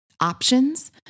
options